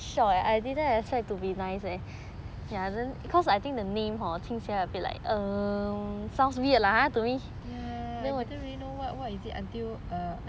ya I didn't really know what what is it until err I